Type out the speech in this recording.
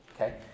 okay